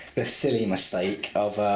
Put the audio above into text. the silly mistake of,